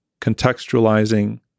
contextualizing